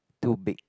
too big